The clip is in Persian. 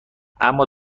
اما